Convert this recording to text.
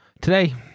Today